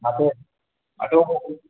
दाथ' दाथ'